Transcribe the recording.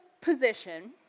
position